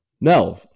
No